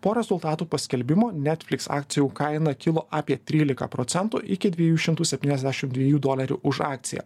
po rezultatų paskelbimo netflix akcijų kaina kilo apie trylika procentų iki dviejų šimtų septyniasdešim dviejų dolerių už akciją